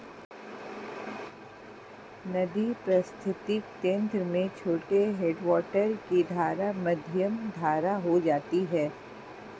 नदी पारिस्थितिक तंत्र में छोटे हैडवाटर की धारा मध्यम धारा हो जाती है